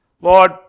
Lord